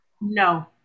No